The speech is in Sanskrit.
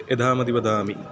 यथामतिः वदामि